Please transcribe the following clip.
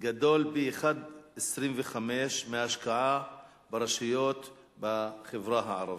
גדול פי-1.25 מההשקעה ברשויות בחברה הערבית.